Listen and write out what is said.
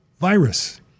virus